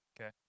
okay